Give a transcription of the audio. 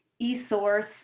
e-source